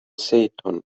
seton